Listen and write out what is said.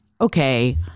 okay